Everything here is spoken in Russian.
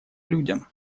людям